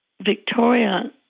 Victoria